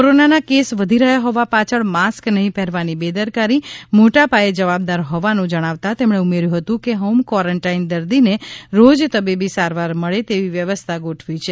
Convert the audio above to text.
કોરોનાના કેસ વધી રહ્યા હોવા પાછળ માસ્ક નહીં પહેરવાની બેદરકારી મોટા પાયે જવાબદાર હોવાનું જણાવતા તેમણે ઉમેર્થું હતું કે હોમ કવોરન્ટાઇન દર્દીને રોજ તબી બી સારવાર મળે તેવી વ્યવસ્થા ગોઠવી છે